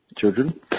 children